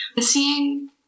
Seeing